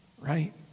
right